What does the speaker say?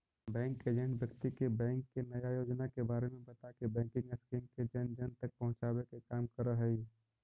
bank agent व्यक्ति के bank के नया योजना के बारे में बताके बैंकिंग स्कीम के जन जन तक पहुंचावे के काम करऽ हइ